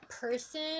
person